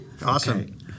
awesome